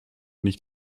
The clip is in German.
nicht